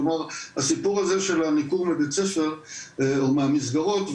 כלומר הסיפור הזה של המיגור מבית ספר או מהמסגרות,